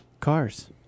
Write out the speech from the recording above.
Cars